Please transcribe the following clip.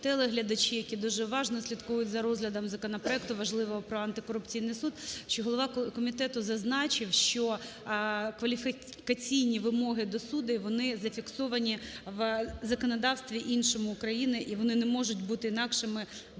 телеглядачі, які дуже уважно слідкують за розглядом законопроекту важливого про антикорупційний суд, що голова комітету зазначив, що кваліфікаційні вимоги до суддів, вони зафіксовані в законодавстві іншому України, і вони не можуть бути інакшими до